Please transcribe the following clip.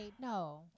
no